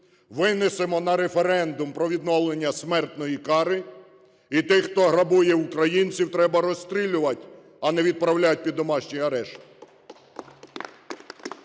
винесемо на референдум про відновлення смертної кари і тих, хто грабує українців, треба розстрілювати, а не відправляти під домашній арешт.